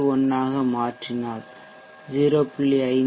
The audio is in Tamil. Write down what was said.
51 ஆக மாற்றினால் 0